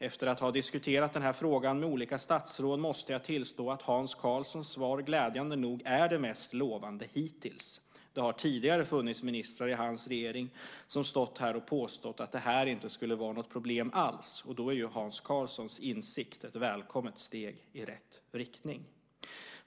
Efter att ha diskuterat den här frågan med olika statsråd måste jag tillstå att Hans Karlssons svar glädjande nog är det mest lovande hittills. Det har tidigare funnits ministrar i hans regering som stått här och påstått att det här inte skulle vara något problem alls. Då är ju Hans Karlssons insikt ett välkommet steg i rätt riktning.